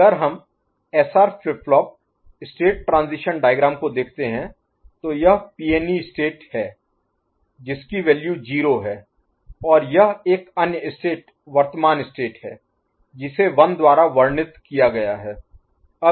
अगर हम SR flip flop state transition diagram को देखते हैं तो यह pne स्टेट है जिसकी वैल्यू 0 है और यह एक अन्य स्टेट वर्तमान स्टेट है जिसे 1 द्वारा वर्णित किया गया है